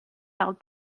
held